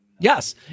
Yes